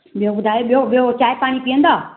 ॿियो ॿुधायो ॿियो ॿियो चांहि पाणी पीअंदा